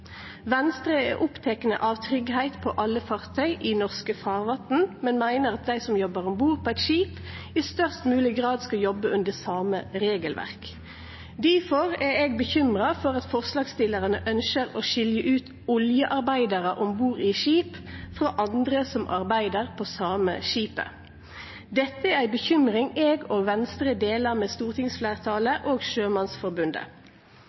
Venstre er oppteke av tryggleik på alle fartøy i norske farvatn. Vi meiner at dei som jobbar om bord på eit skip, i størst mogleg grad skal jobbe under same regelverk. Difor er eg bekymra for at forslagsstillarane ønskjer å skilje ut oljearbeidarar om bord i skip frå andre som arbeider på same skipet. Det er ei bekymring eg og Venstre deler med